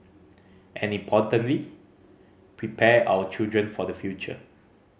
and importantly prepare our children for the future